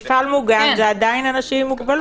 מפעל מוגן זה עדיין אנשים עם מוגבלות.